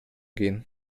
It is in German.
gehen